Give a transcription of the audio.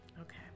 Okay